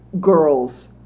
girls